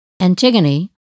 Antigone